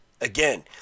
again